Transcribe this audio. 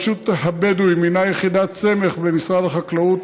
רשות הבדואים הינה יחידת סמך במשרד החקלאות,